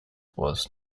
was